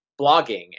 blogging